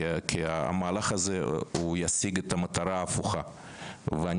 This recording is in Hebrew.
כי המהלך הזה ישיג את המטרה ההפוכה ואני